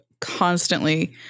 constantly